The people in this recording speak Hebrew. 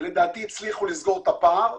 ולדעתי הצליחו לסגור את הפער,